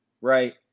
right